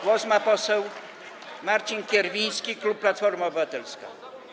Głos ma poseł Marcin Kierwiński, klub Platforma Obywatelska.